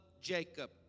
Jacob